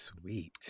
Sweet